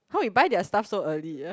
how you buy their stuff so early ah